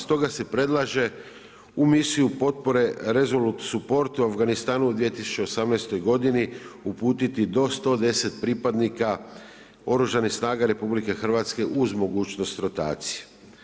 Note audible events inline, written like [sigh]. Stoga se predlaže u misiju potpora … [unintelligible] u Afganistanu u 2018. uputiti do 110 pripadnika oružanih snaga RH uz mogućnost rotacija.